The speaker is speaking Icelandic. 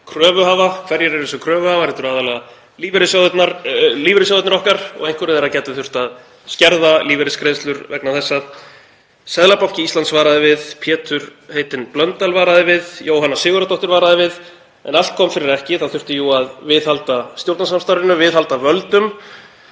kröfuhafa. Hverjir eru þessir kröfuhafar? Það eru aðallega lífeyrissjóðirnir okkar og einhverjir þeirra gætu þurft að skerða lífeyrisgreiðslur vegna þessa. Seðlabanki Íslands varaði við, Pétur heitinn Blöndal varaði við, Jóhanna Sigurðardóttir varaði við en allt kom fyrir ekki. Það þurfti jú að viðhalda stjórnarsamstarfinu, viðhalda völdum.